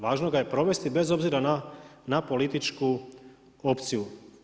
Važno ga je provesti bez obzira na političku opciju.